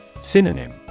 Synonym